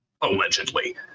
allegedly